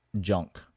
junk